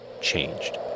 changed